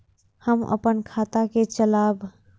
हम अपन खाता के चलाब?